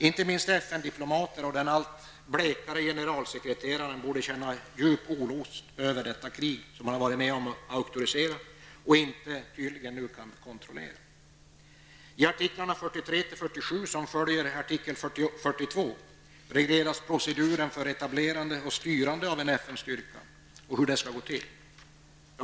Inte minst FN-diplomater och den allt blekare generalsekretaren borde känna djup oro över detta krig, som man har varit med om att auktorisera och tydligen nu inte kan kontrollera. I artiklarna 43--47, som följer på artikel 42, regleras proceduren för etablerande och styrande av en FN styrka -- hur det skall gå till.